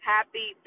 Happy